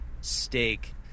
steak